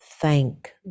thank